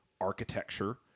architecture